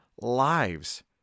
lives